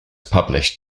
published